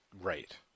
Right